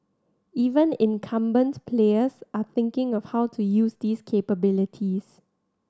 even incumbent players are thinking of how to use these capabilities